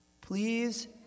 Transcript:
Please